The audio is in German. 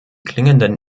klingenden